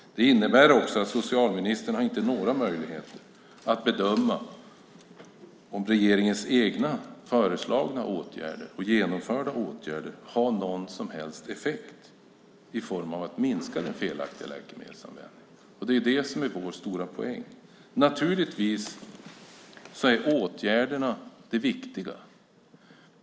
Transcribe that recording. Det innebär också att socialministern inte har några möjligheter att bedöma om regeringens egna föreslagna och genomförda åtgärder har någon som helst effekt i form av en minskning av den felaktiga läkemedelsanvändningen. Det är det som är vår stora poäng. Åtgärderna är naturligtvis det viktiga.